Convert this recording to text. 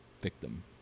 victim